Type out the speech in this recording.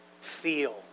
feel